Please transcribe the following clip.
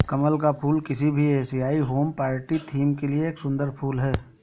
कमल का फूल किसी भी एशियाई होम पार्टी थीम के लिए एक सुंदर फुल है